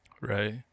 right